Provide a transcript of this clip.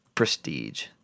Prestige